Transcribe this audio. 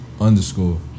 underscore